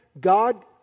God